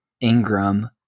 Ingram